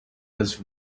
was